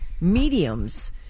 mediums